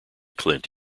clint